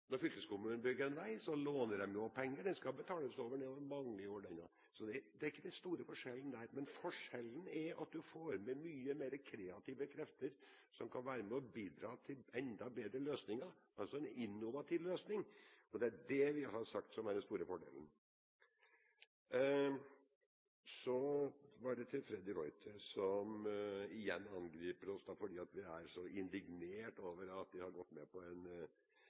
Når fylkeskommunene bygger en vei, låner de penger. Den skal også betales ned over mange år, så det er ikke den store forskjellen der. Men forskjellen er at en får med krefter som er mye mer kreative, som kan være med å bidra til enda bedre løsninger, altså en innovativ løsning, og det er det vi har sagt er den store fordelen. Så var det Freddy de Ruiter, som igjen angriper oss fordi vi er så indignert over at vi har gått sammen med Fremskrittspartiet om en